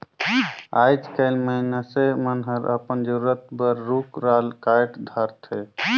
आयज कायल मइनसे मन हर अपन जरूरत बर रुख राल कायट धारथे